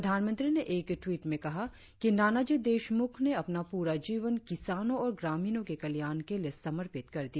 प्रधानमंत्री ने एक ट्वीट में कहा कि नानाजी देशमुख ने अपना पूरा जीवन किसानों और ग्रामीणों के कल्याण के लिए समर्पित कर दिया